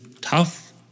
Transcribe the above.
tough